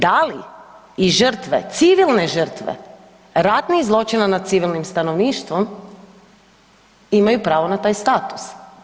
Da li i žrtve, civilne žrtve ratnih zločina nad civilnim stanovništvom imaju pravo na taj status?